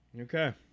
okay